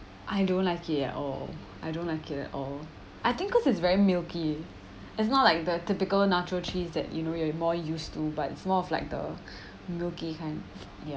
I don't like it at all I don't like it at all I think cause it's very milky it's not like the typical nacho cheese that you know you are more used to but it's more of like the milky kind ya